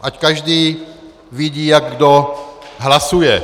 Ať každý vidí, jak kdo hlasuje.